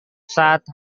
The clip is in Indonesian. saat